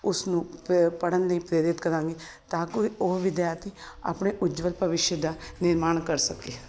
ਉਸਨੂੰ ਪ ਪੜ੍ਹਨ ਲਈ ਪ੍ਰੇਰਿਤ ਕਰਾਂਗੀ ਤਾਂ ਕੋਈ ਉਹ ਵਿਦਿਆਰਥੀ ਆਪਣੇ ਉਜਵਲ ਭਵਿਸ਼ ਦਾ ਨਿਰਮਾਣ ਕਰ ਸਕੇ